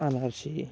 अनारसे